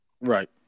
Right